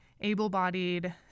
able-bodied